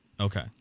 Okay